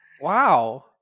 Wow